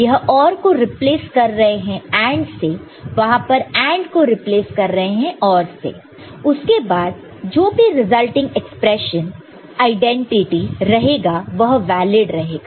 यह OR को replace कर रहे हैं AND से वहां पर AND को रिप्लेस कर रहे हैं OR से उसके बाद जो भी रिजल्टीग एक्सप्रेशन आईडेंटिटी रहेगा वह वैलेड रहेगा